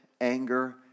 anger